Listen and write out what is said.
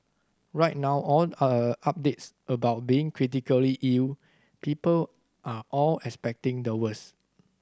right now all updates about being critically ill people are all expecting the worse